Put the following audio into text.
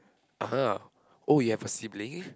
(uh huh) oh you have a sibling